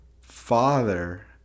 father